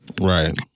Right